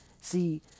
See